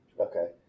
Okay